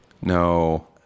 No